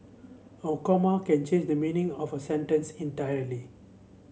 a comma can change the meaning of a sentence entirely